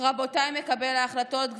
רבותיי מקבלי ההחלטות,